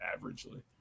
averagely